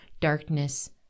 darkness